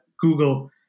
Google